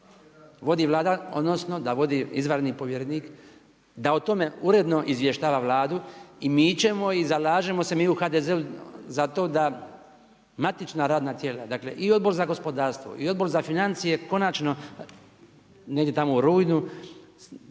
Vodi Vlada, odnosno, da vodi izvanredni povjerenik, da o tome uredno izvještava Vladu i mi ćemo i zalažemo se mi u HDZ-u za to da matična radna tijela, dakle i Odbor i za gospodarstvo i Odbor za financije konačno negdje tamo u rujnu,